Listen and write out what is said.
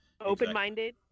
Open-minded